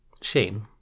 Shane